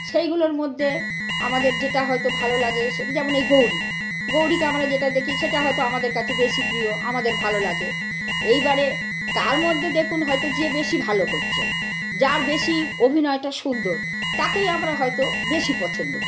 সেইগুলোর মধ্যে আমাদের যেটা হয়তো ভালো লাগে সেটা যেমন এই গৌরী গৌরীকে আমরা যেটা দেখি সেটা হয়তো আমাদের কাছে বেশি প্রিয় আমাদের ভালো লাগে এইবারে তার মধ্যে দেখুন হয়তো যে বেশি ভালো করছে যার বেশি অভিনয়টা সুন্দর তাকেই আমরা হয়তো বেশি পছন্দ করি